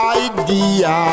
idea